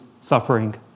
suffering